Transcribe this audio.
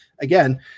again